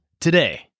today